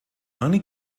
only